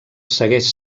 segueix